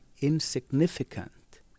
insignificant